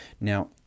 Now